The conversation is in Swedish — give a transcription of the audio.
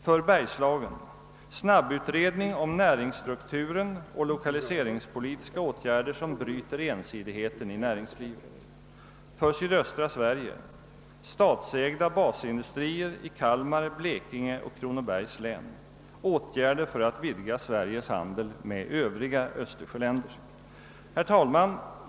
För Bergslagen: Snabbutredning om näringsstrukturen och lokaliseringspolitiska åtgärder som bryter ensidigheten i näringslivet. För sydöstra Sverige: Statsägda basindustrier i Kalmar, Blekinge och Kronobergs län. Åtgärder för att vidga Sveriges handel med övriga östersjöländer. Herr talman!